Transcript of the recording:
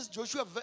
Joshua